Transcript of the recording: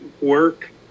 work